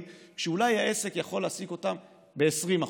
כשאולי העסק יכול להעסיק אותם ב-20%?